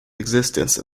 existence